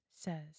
says